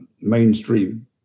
mainstream